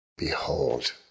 Behold